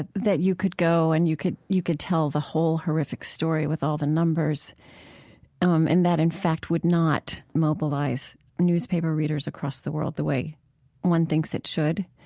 that you could go and you could you could tell the whole horrific story with all the numbers um and that, in fact, would not mobilize newspaper readers across the world the way one thinks it should.